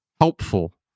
helpful